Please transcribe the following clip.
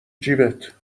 جیبت